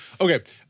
Okay